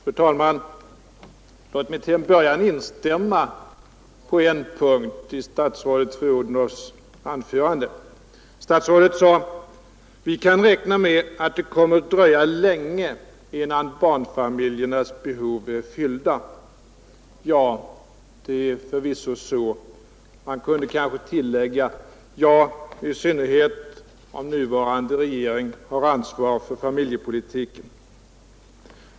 Fru talman! Låt mig till en början instämma på en punkt i statsrådet fru Odhnoffs anförande. Statsrådet sade: Vi kan räkna med att det kommer att dröja länge innan barnfamiljernas behov blir fyllda. Ja, det är förvisso så. Man kunde kanske tillägga: Ja, i synnerhet om den nuvarande regeringen har ansvar för familjepolitiken!